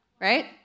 right